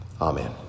Amen